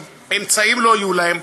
כי אמצעים לא יהיו להם,